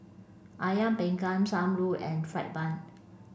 Ayam panggang Sam Lau and fried bun